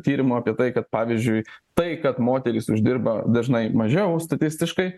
tyrimo apie tai kad pavyzdžiui tai kad moterys uždirba dažnai mažiau statistiškai